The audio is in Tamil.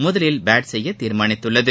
முதலில் பேட் செய்ய தீர்மானித்துள்ளது